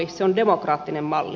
se on demokraattinen malli